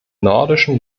nordischen